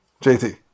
JT